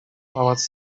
pałac